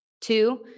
two